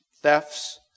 thefts